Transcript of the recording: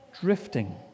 drifting